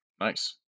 Nice